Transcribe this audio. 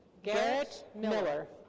garrett miller.